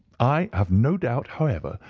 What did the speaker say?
i have no doubt, however,